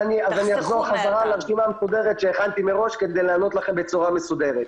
אני אחזור חזרה כדי לענות לכם בצורה מסודרת.